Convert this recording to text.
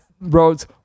roads